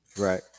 Right